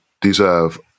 deserve